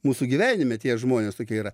mūsų gyvenime tie žmonės tokie yra